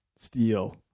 steel